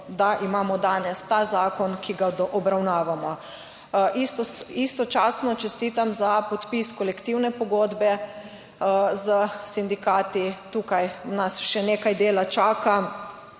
da imamo danes ta zakon, ki ga obravnavamo. Istočasno čestitam za podpis kolektivne pogodbe s sindikati. Tu nas še nekaj dela čaka,